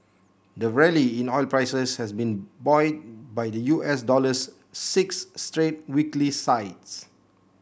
the rally in oil prices has been buoyed by the U S dollar's six straight weekly sides